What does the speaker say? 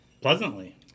pleasantly